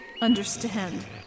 understand